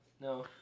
no